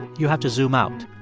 you have to zoom out.